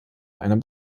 einer